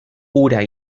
hura